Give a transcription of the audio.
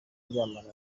baryamana